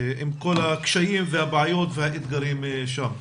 עם כל הקשיים והבעיות והאתגרים שם.